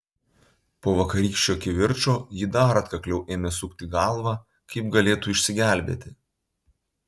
po vakarykščio kivirčo ji dar atkakliau ėmė sukti galvą kaip galėtų išsigelbėti